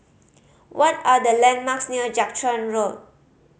what are the landmarks near Jiak Chuan Road